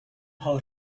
how